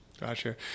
Gotcha